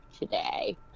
today